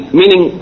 meaning